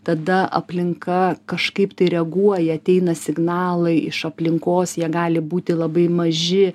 tada aplinka kažkaip tai reaguoja ateina signalai iš aplinkos jie gali būti labai maži